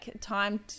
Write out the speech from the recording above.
Time